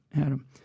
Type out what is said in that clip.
Adam